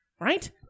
right